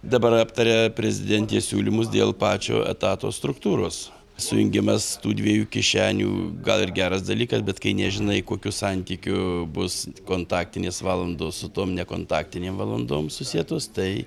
dabar aptaria prezidentės siūlymus dėl pačio etato struktūros sujungimas tų dviejų kišenių gal ir geras dalykas bet kai nežinai kokiu santykiu bus kontaktinės valandos su tom nekontaktinėm valandom susietos tai